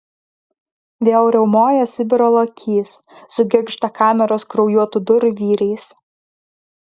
vėl riaumoja sibiro lokys sugirgžda kameros kraujuotų durų vyriais